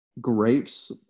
grapes